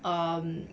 um